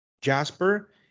Jasper –